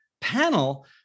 panel